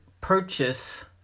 purchase